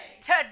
today